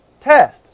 test